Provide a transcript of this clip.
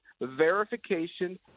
verification